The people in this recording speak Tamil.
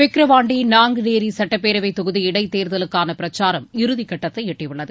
விக்கிரவாண்டி நான்குநேரி சுட்டப்பேரவை தொகுதி இடைத்தேர்தலுக்கான பிரச்சாரம் இறுதிக் கட்டத்தை எட்டியுள்ளது